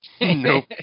Nope